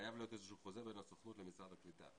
חייב להיות איזה שהוא חוזה בין הסוכנות למשרד הקליטה.